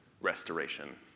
restoration